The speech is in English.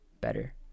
better